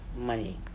money